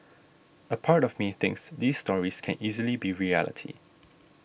a part of me thinks these stories can easily be reality